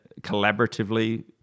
collaboratively